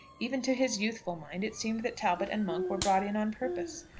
even to his youthful mind it seemed that talbot and monk were brought in on purpose.